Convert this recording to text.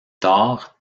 tard